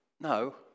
No